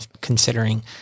considering